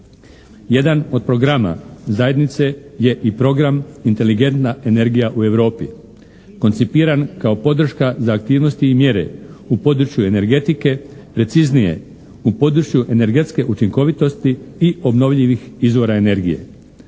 jedan od programa zajednice i program "Inteligentna energija u Europi" koncipiran kao podrška za aktivnosti i mjere u području energetike, preciznije u području energetske učinkovitosti i obnovljivih izvora energije.